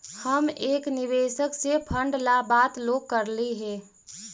हम एक निवेशक से फंड ला बात तो करली हे